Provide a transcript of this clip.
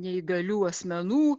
neįgalių asmenų